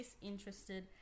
disinterested